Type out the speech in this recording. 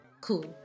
Cool